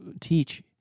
teach